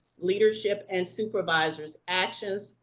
leadership, and supervisors' actions,